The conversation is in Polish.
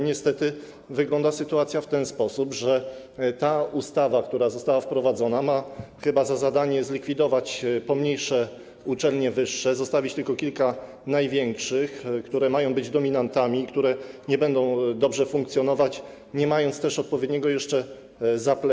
Niestety sytuacja wygląda w ten sposób, że ta ustawa, która została wprowadzona, ma chyba za zadanie zlikwidować mniejsze uczelnie wyższe, zostawić tylko kilka największych, które mają być dominantami, które nie będą dobrze funkcjonować, nie mając jeszcze odpowiedniego zaplecza.